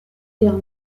guerre